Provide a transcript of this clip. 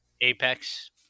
Apex